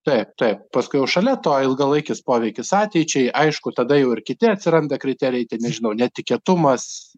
taip taip paskui jau šalia to ilgalaikis poveikis ateičiai aišku tada jau ir kiti atsiranda kriterijai ten nežinau netikėtumas